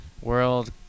World